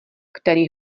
který